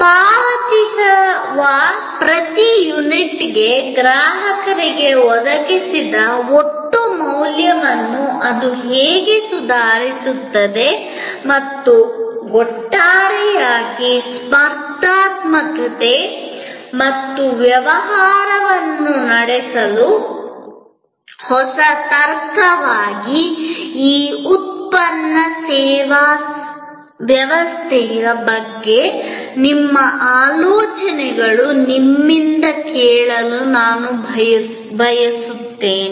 ಪಾವತಿಸುವ ಪ್ರತಿ ಯೂನಿಟ್ಗೆ ಗ್ರಾಹಕರಿಗೆ ಒದಗಿಸಿದ ಒಟ್ಟು ಮೌಲ್ಯವನ್ನು ಅದು ಹೇಗೆ ಸುಧಾರಿಸುತ್ತದೆ ಮತ್ತು ಒಟ್ಟಾರೆಯಾಗಿ ಸ್ಪರ್ಧಾತ್ಮಕತೆ ಮತ್ತು ವ್ಯವಹಾರವನ್ನು ನಡೆಸಲು ಹೊಸ ತರ್ಕವಾಗಿ ಈ ಉತ್ಪನ್ನ ಸೇವಾ ವ್ಯವಸ್ಥೆಯ ಬಗ್ಗೆ ನಿಮ್ಮ ಆಲೋಚನೆಗಳು ನಿಮ್ಮಿಂದ ಕೇಳಲು ನಾನು ಬಯಸುತ್ತೇನೆ